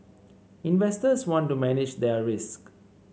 investors want to manage their risk